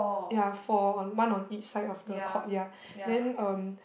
ya four on one of each side of the courtyard then um